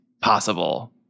possible